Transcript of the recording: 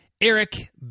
Eric